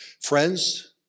friends